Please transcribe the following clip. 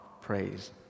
praise